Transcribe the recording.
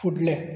फुडलें